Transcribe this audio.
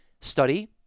study